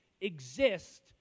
exist